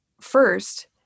first